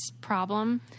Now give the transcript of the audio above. problem